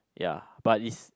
ya but is